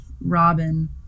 Robin